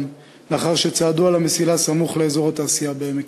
לאחר שצעדו על המסילה סמוך לאזור התעשייה בעמק-חפר.